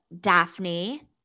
Daphne